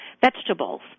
vegetables